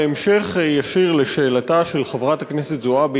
בהמשך ישיר לשאלתה של חברת הכנסת זועבי,